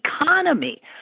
economy